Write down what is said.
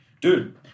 dude